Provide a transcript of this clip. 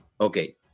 Okay